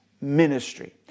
ministry